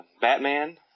Batman